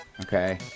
Okay